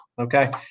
okay